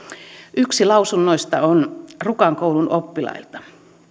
yksi lausunnoista on rukan koulun oppilailta